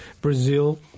Brazil